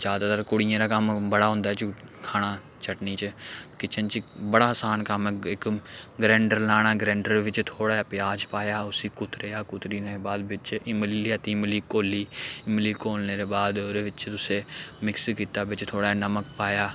ज्यादातर कुड़ियें दा कम्म बड़ा होंदा खाना चटनी च किचन च बड़ा असान कम्म ऐ इक ग्रैंंडर लाना ग्रैंडर बिच्च थोह्ड़ा जेहा प्याज पाया उसी कुतरेआ कुतरने दे बाद बिच्च इमली लेआती इमली घोली इमली घोलने दे बाद ओह्दे बिच्च तुसें मिक्स कीता बिच्च थोह्ड़ा जेहा नमक पाया